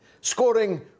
scoring